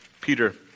Peter